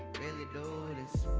really do ah this